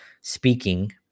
speaking